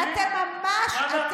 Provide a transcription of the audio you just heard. אתם ממש, גם לחיילים?